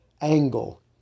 angle